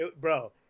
Bro